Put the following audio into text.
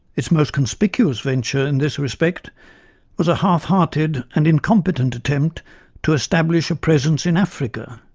its most conspicuous venture in this respect was a half-hearted and incompetent attempt to establish a presence in africa,